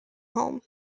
home